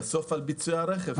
ובסוף על ביצועי הרכב.